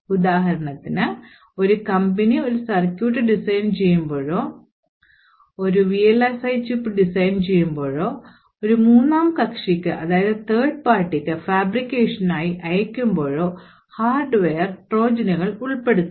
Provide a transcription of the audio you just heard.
ഉദാഹരണത്തിന് ഒരു കമ്പനി ഒരു സർക്യൂട്ട് design ചെയ്യുമ്പോഴോ ഒരു വിഎൽഎസ്ഐ ചിപ്പ് design ചെയ്യുമ്പോഴോ ഒരു മൂന്നാം കക്ഷിക്ക് ഫാബ്രിക്കേഷനായി അയയ്ക്കുമ്പോഴോ ഹാർഡ്വെയർ ട്രോജനുകൾ ഉൾപ്പെടുത്താം